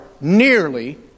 nearly